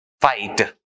fight